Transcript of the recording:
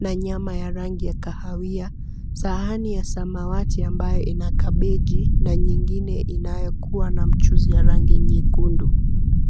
na nyama ya rangi ya kahawia, sahani ya samawati ambayo ina kabeji na nyingine inayokuwa na mchuzi wa rangi nyekundu.